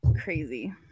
crazy